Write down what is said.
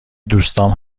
دوستام